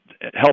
help